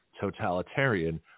totalitarian